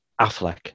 affleck